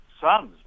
sons